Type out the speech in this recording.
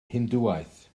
hindŵaeth